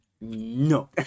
No